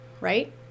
Right